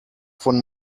von